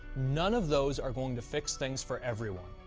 none of those are going to fix things for everyone.